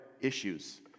issues